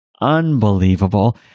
unbelievable